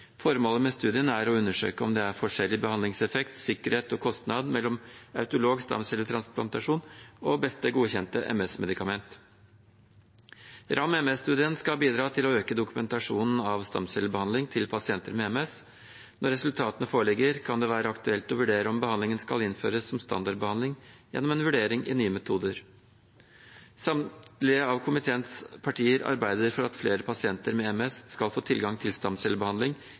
Formålet med studien er å undersøke om det er forskjellig behandlingseffekt, sikkerhet og kostnad mellom autolog stamcelletransplantasjon og beste godkjente MS-medikament. RAM-MS-studien skal bidra til å øke dokumentasjonen av stamcellebehandling til pasienter med MS. Når resultatene foreligger, kan det være aktuelt å vurdere om behandlingen skal innføres som standardbehandling gjennom en vurdering i nye metoder. Samtlige av komiteens partier arbeider for at flere pasienter med MS skal få tilgang til